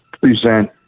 present